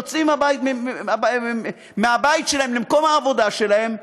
יוצאים מהבית שלהם למקום העבודה שלהם,